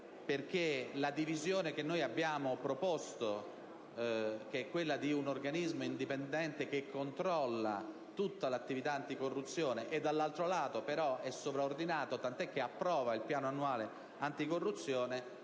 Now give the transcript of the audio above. perché la soluzione che abbiamo proposto, che è quella di un organismo indipendente che controlla tutta l'attività anticorruzione e che però è sovraordinato, tant'è che approva il Piano annuale anticorruzione,